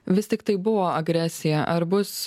vis tiktai buvo agresija ar bus